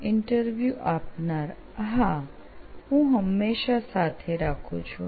interview આપનાર હા હું હંમેશાં સાથે રાખું છું